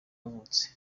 yavutse